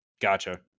Gotcha